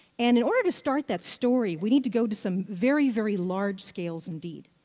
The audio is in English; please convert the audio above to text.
and in order to start that story, we need to go to some very very large scales indeed.